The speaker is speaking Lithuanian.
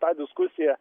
tą diskusiją